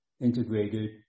integrated